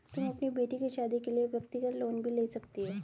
तुम अपनी बेटी की शादी के लिए व्यक्तिगत लोन भी ले सकती हो